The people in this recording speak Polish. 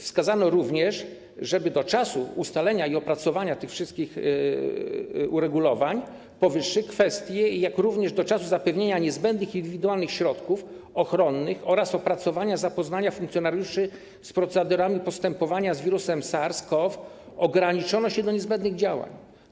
Wskazano również, żeby do czasu ustalenia i opracowania tych wszystkich uregulowań powyższych kwestii, jak również do czasu zapewnienia niezbędnych indywidualnych środków ochronnych oraz zapoznania funkcjonariuszy z procedurami postepowania z wirusem SARS-CoV-2, ograniczono się do niezbędnych działań.